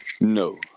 No